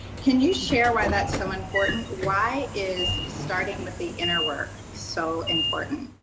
can you share why that's so important? why is starting with the inner work so important?